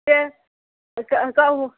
दे गाव